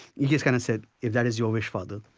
he just kind of said, if that is your wish father,